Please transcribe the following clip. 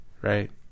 Right